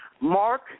Mark